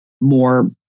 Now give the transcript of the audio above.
more